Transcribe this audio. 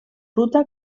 ruta